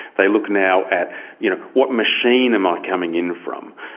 they look now at you know what machine am i coming in from?